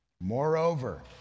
Moreover